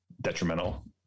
detrimental